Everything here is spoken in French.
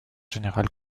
générale